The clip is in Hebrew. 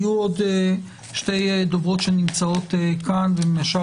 יש עוד שתי דוברות שנמצאות כאן ובפני השאר